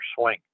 swing